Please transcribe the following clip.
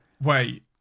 wait